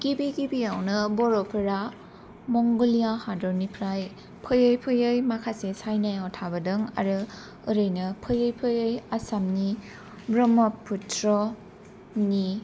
गिबि गिबियावनो बर'फोरा मंगलिया हादरनिफ्राय फोयै फोयै माखासे चाइनायाव थाबोदों आरो ओरैनो फोयै फोयै आसामनि ब्रह्मपुत्रनि